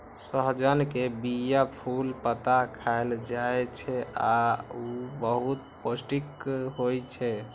सहजन के बीया, फूल, पत्ता खाएल जाइ छै आ ऊ बहुत पौष्टिक होइ छै